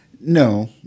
No